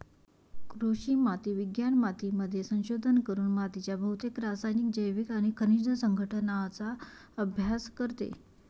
कृषी माती विज्ञान मातीमध्ये संशोधन करून मातीच्या भौतिक, रासायनिक, जैविक आणि खनिज संघटनाचा अभ्यास करते